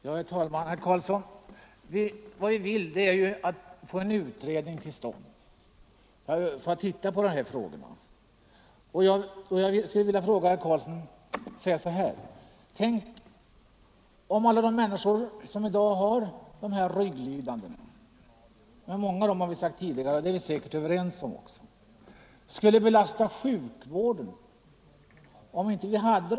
Herr talman! Jag vill få en utredning till stånd för att undersöka dessa frågor. Jag skulle vilja fråga herr Karlsson i Huskvarna följande: Om alla de här människorna som i dag har dessa rygglidanden skulle belasta sjukvården och vi alltså inte hade dessa 20 kiropraktorer som har en speciell och bra utbildning, hur skulle det då se ut på våra ortopediska avdelningar? Skulle vi kunna klara det?